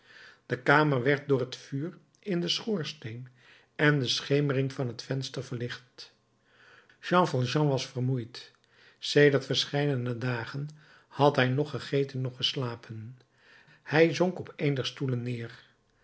de kamer werd door het vuur in den schoorsteen en de schemering van het venster verlicht jean valjean was vermoeid sedert verscheidene dagen had hij noch gegeten noch geslapen hij zonk op een der stoelen neer